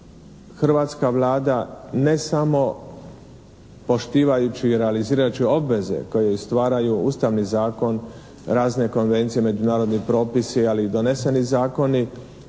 hrvatska Vlada ne samo poštivajući i realizirajući obveze koje joj stvaraju ustavni zakon, razne konvencije, međunarodni propisi, ali i doneseni zakoni